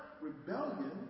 rebellion